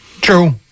True